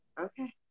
Okay